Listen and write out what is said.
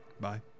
Bye